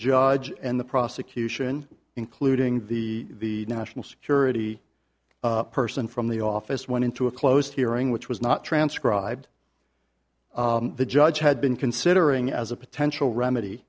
judge and the prosecution including the national security person from the office went into a closed hearing which was not transcribed the judge had been considering as a potential remedy